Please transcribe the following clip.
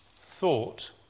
thought